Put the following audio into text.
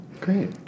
Great